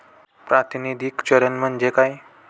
प्रातिनिधिक चलन म्हणजे काय?